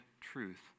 truth